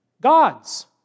God's